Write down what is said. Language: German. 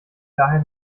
daher